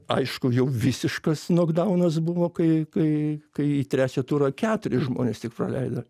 aišku jau visiškas nokdaunas buvo kai kai kai į trečią turą keturis žmones tik praleido